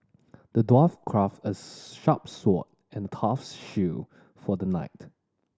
the dwarf crafted a sharp sword and tough shield for the knight